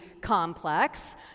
complex